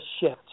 shift